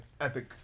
epic